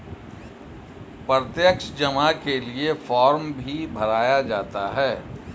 प्रत्यक्ष जमा के लिये फ़ार्म भी भराया जाता है